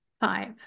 Five